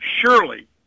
surely